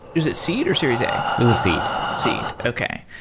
was it seed or series a? it was a seed seed. okay.